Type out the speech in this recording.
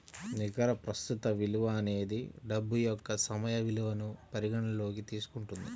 నికర ప్రస్తుత విలువ అనేది డబ్బు యొక్క సమయ విలువను పరిగణనలోకి తీసుకుంటుంది